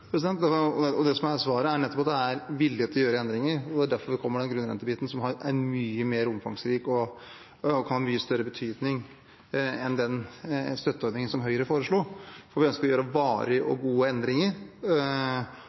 Det som er svaret, er nettopp at det er vilje til å gjøre endringer. Det er derfor vi kommer med den grunnrentebiten, som er mye mer omfangsrik og kan ha mye større betydning enn den støtteordningen som Høyre foreslo. Vi ønsker å gjøre varige og gode endringer.